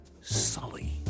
Sully